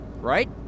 Right